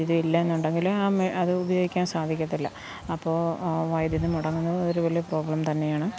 വൈദ്യുതി ഇല്ലെന്നുണ്ടെങ്കില് ആ അത് ഉപയോഗിക്കാൻ സാധിക്കില്ല അപ്പോൾ വൈദ്യുതി മുടങ്ങുന്ന ഒരു വലിയ പ്രോബ്ലം തന്നെയാണ്